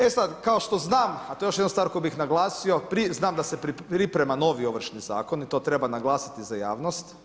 E sada, kao što znam, a to je još jedna stvar koju bi naglasio znam da se priprema novi Ovršni zakon i to treba naglasiti za javnost.